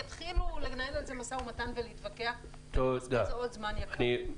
יתחילו לנהל משא ומתן ולהתווכח ולבזבז עוד זמן יקר.